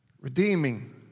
redeeming